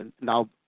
now